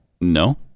No